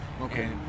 Okay